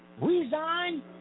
resign